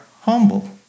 humble